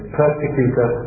persecutor